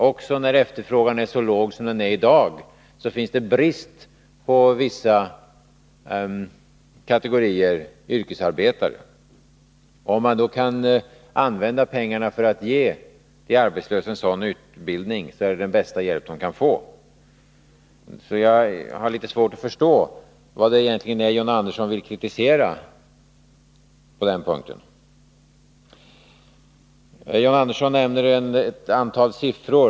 Också när efterfrågan är så låg som den är i dag finns det brist på vissa kategorier yrkesarbetare. Om man då kan använda pengarna till att ge de arbetslösa en sådan utbildning, är det den bästa hjälp de kan få. Jag har därför litet svårt att förstå vad det egentligen är som John Andersson vill kritisera på den punkten. John Andersson nämnde vidare ett antal siffror.